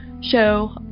show